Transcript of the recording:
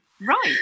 right